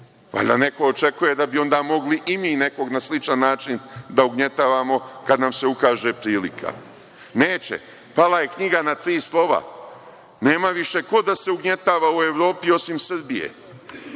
redove. Valjda neko očekuje da bi onda mogli i mi nekog na sličan način da ugnjetavamo kad nam se ukaže prilika. Neće. Pala je knjiga na tri slova. Nema više ko da se ugnjetava u Evropi osim Srbije